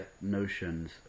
notions